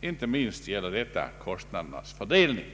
Inte minst gäller detta kostnadernas fördelning.